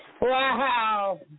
Wow